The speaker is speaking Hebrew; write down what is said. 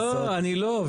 לא, אני לא.